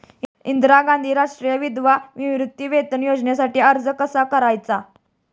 इंदिरा गांधी राष्ट्रीय विधवा निवृत्तीवेतन योजनेसाठी अर्ज कसा करायचा?